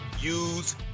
use